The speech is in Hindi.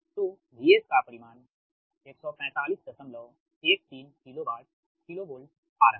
तो VS का परिमाण 14513 किलोवोल्ट आ रहा है